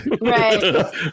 right